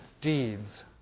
deeds